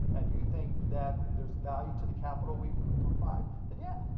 and you think that there's value to the capital we can can provide, then yeah.